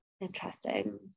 interesting